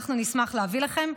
ואנחנו נשמח להביא לכם,